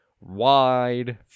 wide